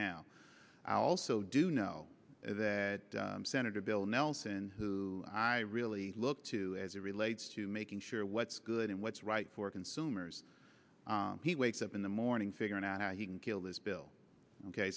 now i also do know that senator bill nelson who i really look to as it relates to making sure what's good and what's right for consumers he wakes up in the morning figuring out how he can kill this bill ok